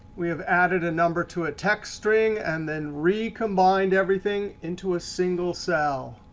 we have added a number to a text string. and then recombined everything into a single cell.